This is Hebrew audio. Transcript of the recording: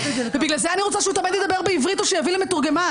ובגלל זה אני רוצה שהוא תמיד ידבר בעברית או שיביא לי מתורגמן,